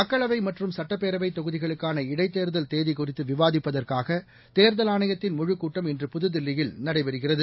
மக்களவை மற்றம் சட்டப்பேரவை தொகுதிகளுக்கான இடைத்தோதல் தேதி குறித்து விவாதிப்பதற்காக தேர்தல் ஆணையத்தின் முழுகூட்டம் இன்று புதுதில்லியில் நடைபெறுசிறது